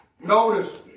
Notice